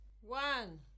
One